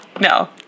no